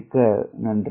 மிக்க நன்றி